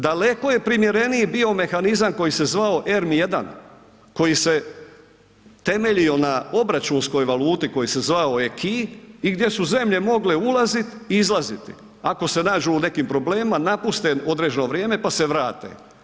Daleko je primjereniji bio mehanizam koji se zvao ERM I, koji se temeljio na obračunskoj valuti koji se zvao ACQUIS i gdje su zemlje mogle ulaziti i izlaziti, ako se nađu u nekim problemima napuste određeno vrijeme pa se vrate.